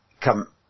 come